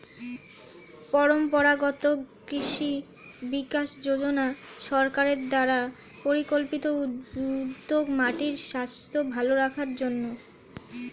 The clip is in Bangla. পরম্পরাগত কৃষি বিকাশ যোজনা সরকার দ্বারা পরিকল্পিত উদ্যোগ মাটির স্বাস্থ্য ভাল করার জন্যে